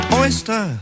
oyster